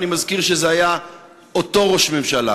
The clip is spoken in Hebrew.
ואני מזכיר שזה היה אותו ראש ממשלה.